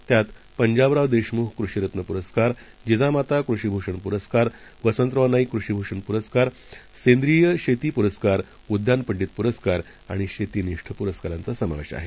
त्यात पंजाबराव देशमुख कृषिरत्न पुरस्कार जिजामाता कृषिभूषण पुरस्कार वसंतराव नाईक कृषिभूषण पुरस्कार सेंद्रिय शेती पुरस्कार उद्यानपंडीत पुरस्कार आणि शेतिनिष्ठ या पुरस्कारांचा समावेश आहे